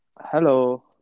Hello